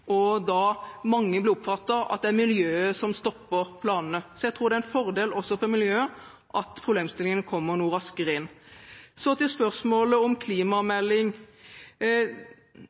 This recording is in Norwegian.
mange da oppfatter det som at det er miljøet som stopper planene. Jeg tror det er en fordel også for miljøet at problemstillingene kommer noe raskere inn. Til spørsmålet om klimamelding: